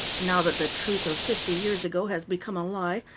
now that the truth of fifty years ago has become a lie,